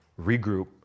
regroup